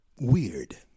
weird